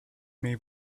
may